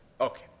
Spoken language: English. Okay